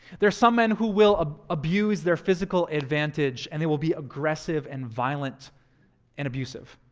there are some men who will ah abuse their physical advantage and they will be aggressive and violent and abusive.